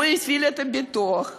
זה בושה לכנסת ובושה לך.